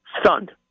Stunned